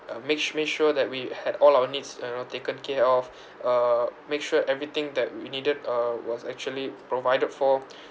uh make make sure that we had all our needs you know taken care of uh make sure everything that we needed uh was actually provided for